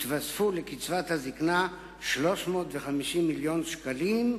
יתווספו לקצבת הזיקנה 350 מיליון שקלים,